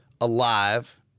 alive